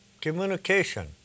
communication